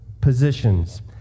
positions